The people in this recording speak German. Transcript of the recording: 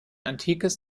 antikes